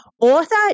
author